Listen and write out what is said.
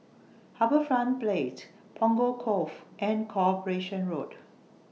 HarbourFront Punggol Cove and Corporation Road